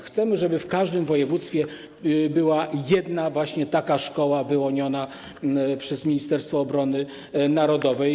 Chcemy, żeby w każdym województwie była jedna taka szkoła wyłoniona przez Ministerstwo Obrony Narodowej.